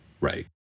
Right